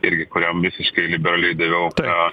irgi kuriam visiškai liberaliai daviau tą